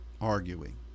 arguing